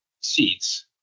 seats